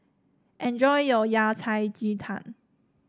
enjoy your Yao Cai Ji Tang